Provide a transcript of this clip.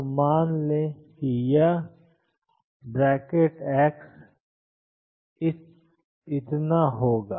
तो मान लें कि यह ⟨x⟩ 1223146 होगा